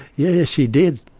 yes, she did,